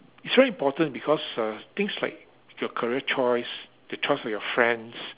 it's very important because uh things like your career choice your choice of your friends